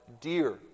Dear